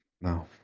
No